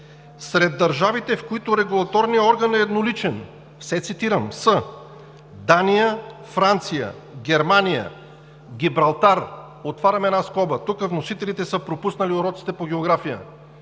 Сред държавите, в които регулаторният орган е едноличен – все цитирам! – са: Дания, Франция, Германия, Гибралтар – отварям една скоба, тук вносителите са пропуснали уроците по география,